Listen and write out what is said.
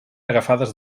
agafades